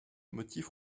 motifs